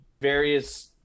various